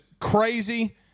crazy